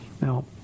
Now